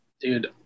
Dude